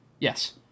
yes